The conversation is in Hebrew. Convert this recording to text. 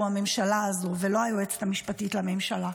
הממשלה הזאת ולא היועצת המשפטית לממשלה.